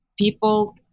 people